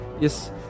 Yes